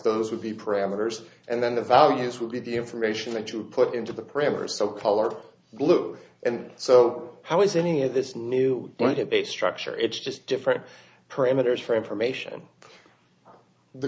those would be parameters and then the values would be the information that you put into the parameters so colored blue and so how is any of this new going to be a structure it's just different parameters for information the